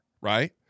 right